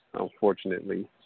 unfortunately